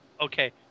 Okay